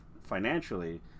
financially